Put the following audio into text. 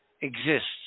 exists